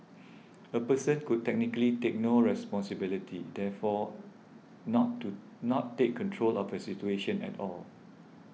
a person could technically take no responsibility therefore not to not take control of a situation at all